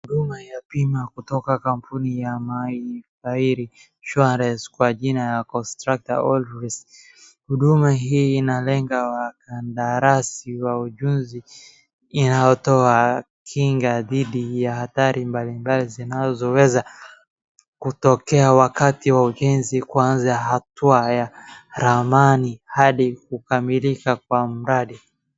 Huduma ya bima kutoka kampuni ya Mayfair Insurance kwa jina ya contractors all risks . Huduma hii ya lenga wakadarasi wa ujunzi inayotoa kinga dhidi ya ajali mbalimbali zinazoweza kutokea wakati wa ujenzi kuanza kwa hatua ya ramani hadi kukamilika kwa mradi.